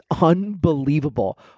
unbelievable